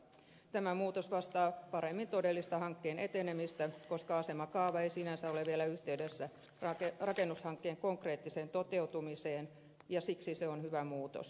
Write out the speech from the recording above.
tämä muutos vastaa paremmin todellista hankkeen etenemistä koska asemakaava ei sinänsä ole vielä yhteydessä rakennushankkeen konkreettiseen toteutumiseen ja siksi se on hyvä muutos